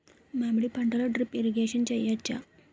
మామిడి పంటలో drip irrigation చేయచ్చా?